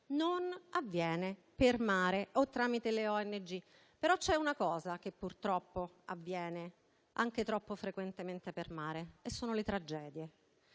non avviene per mare o tramite le ONG. Vi è però qualcosa che purtroppo avviene anche troppo frequentemente per mare: sto parlando delle tragedie.